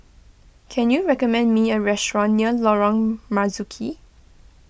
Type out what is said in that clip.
can you recommend me a restaurant near Lorong Marzuki